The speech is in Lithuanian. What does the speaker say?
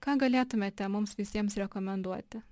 ką galėtumėte mums visiems rekomenduoti